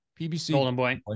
PBC